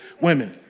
Women